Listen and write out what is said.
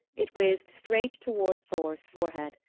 it whizzed straight toward thor's forehead.